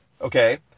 Okay